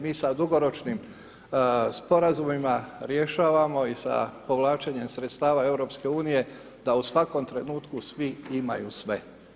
Mi sa dugoročnim sporazumima rješavamo i sa povlačenjem sredstava EU da u svakom trenutku svi imaju sve.